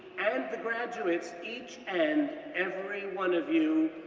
and the graduates, each and every one of you,